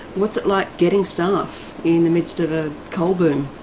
what's it like getting staff in the midst of a coal boom?